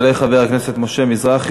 יעלה חבר הכנסת משה מזרחי,